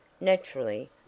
Naturally